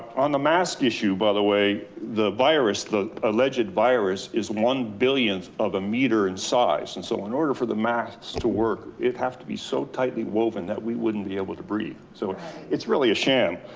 on the mask issue. by the way, the virus, the alleged virus is one billionth of a meter in size. and so in order for the mask to work, it'd have to be so tightly woven that we wouldn't be able to breathe. so it's really a sham.